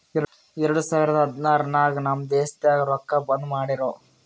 ಎರಡು ಸಾವಿರದ ಹದ್ನಾರ್ ನಾಗ್ ನಮ್ ದೇಶನಾಗ್ ರೊಕ್ಕಾ ಬಂದ್ ಮಾಡಿರೂ